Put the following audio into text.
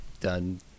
done